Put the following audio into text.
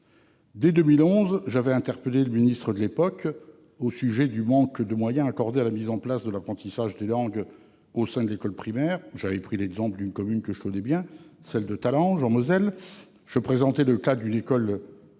Dès 2011, j'avais interpellé le ministre de l'époque au sujet du manque de moyens accordés à la mise en place de l'apprentissage des langues au sein de l'école primaire. J'avais cité l'exemple d'une commune que je connais bien, celle de Talange, en Moselle, en évoquant le cas d'une école dans